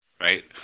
Right